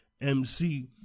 MC